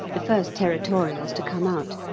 the first territorials to come out,